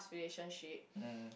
relationship